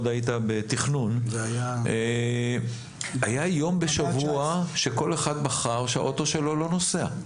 היה יום בשבוע שכל אחד בחר שהאוטו שלו לא נוסע.